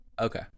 Okay